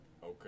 Okay